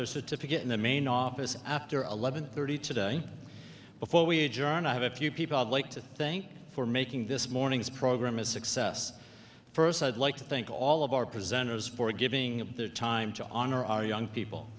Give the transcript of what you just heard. their certificate in the main office after eleven thirty today before we adjourn i have a few people would like to thank for making this morning's program a success first i'd like to thank all of our prisoners for giving up their time to honor our young people